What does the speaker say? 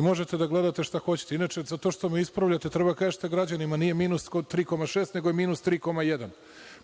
možete da gledate šta hoćete, inače sve to što me ispravljate trebate da kažete građanima, nije minus 3,6 nego minus 3,1.